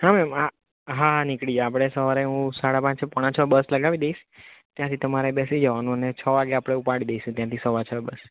હા મેમ હા નીકળી આપડે સવારે હું સાડા પાંચે પોણા છ એ બસ લગાવી દઈશ ત્યાંથી તમારે બેસી જવાનું ને છ વાગે આપડે ઉપાડી દેશું ત્યાંથી સવા છ એ બસ